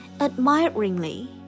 admiringly